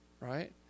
Right